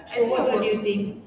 so what will you think